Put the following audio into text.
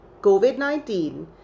COVID-19